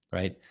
right?